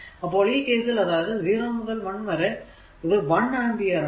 അപ്പോൾ ഈ കേസിൽ അതായതു 0 മുതൽ 1 വരെ ഇത് 1അമ്പിയർ ആണ്